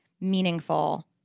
meaningful